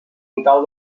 total